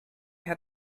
hat